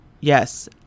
Yes